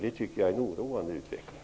Det tycker jag är en oroande utveckling.